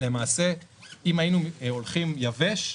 אם היינו הולכים "יבש",